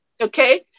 okay